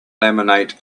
laminate